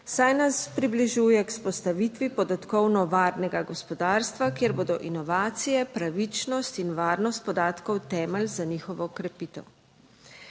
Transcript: saj nas približuje k vzpostavitvi podatkovno varnega gospodarstva, kjer bodo inovacije, pravičnost in varnost podatkov temelj za njihovo okrepitev.